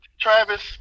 Travis